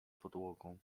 podłogą